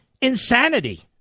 insanity